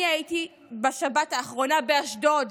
אני הייתי בשבת האחרונה באשדוד,